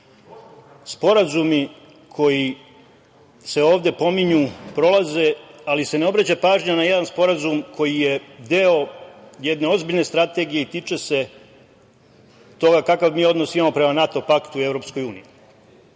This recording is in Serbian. ćutite. Sporazumi koji se ovde pominju prolaze, ali se ne obraća pažnja na jedan sporazum koji je deo jedne ozbiljne strategije i tiče se toga kakav mi odnos imamo prema NATO paktu i EU.